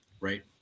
right